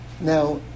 Now